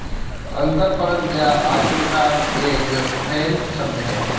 अंतरपणन या आर्बिट्राज एक फ्रेंच शब्द है